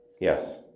Yes